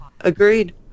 Agreed